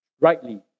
rightly